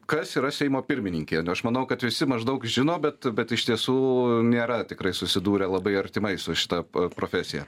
kas yra seimo pirmininkė aš manau kad visi maždaug žino bet bet iš tiesų nėra tikrai susidūrę labai artimai su šita profesija